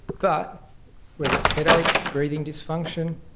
but whether it is headache, breathing dysfunction,